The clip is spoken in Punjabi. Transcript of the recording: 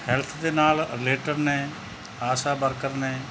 ਹੈਲਥ ਦੇ ਨਾਲ ਰਿਲੇਟਡ ਨੇ ਆਸ਼ਾ ਵਰਕਰ ਨੇ